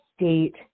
State